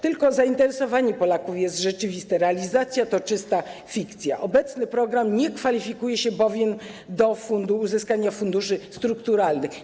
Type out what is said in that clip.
Tylko zainteresowanie Polaków jest rzeczywiste, realizacja to czysta fikcja, obecny program nie kwalifikuje się bowiem do uzyskania funduszy strukturalnych.